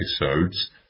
episodes